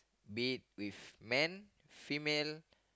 be with man female